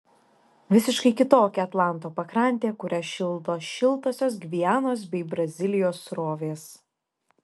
visiškai kitokia atlanto pakrantė kurią šildo šiltosios gvianos bei brazilijos srovės